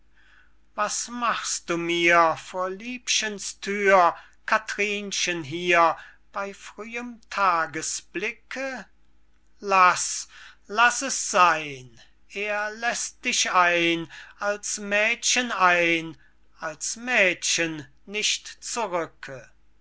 was machst du mir vor liebchens thür cathrinchen hier bey frühem tagesblicke laß laß es seyn er läßt dich ein als mädchen ein als mädchen nicht zurücke